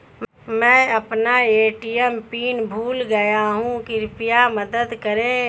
मैं अपना ATM pin भूल गया हूँ कृपया मदद करें